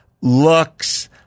looks